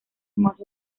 más